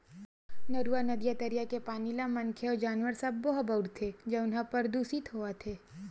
नरूवा, नदिया, तरिया के पानी ल मनखे अउ जानवर सब्बो ह बउरथे जउन ह परदूसित होवत हे